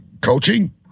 Coaching